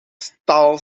stal